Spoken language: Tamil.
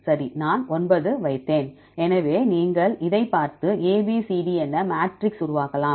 சரி நான் 9 வைத்தேன் எனவே நீங்கள் இதை பார்த்து ABCD என மேட்ரிக்ஸ்சை உருவாக்கலாம்